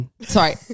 Sorry